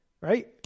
right